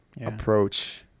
approach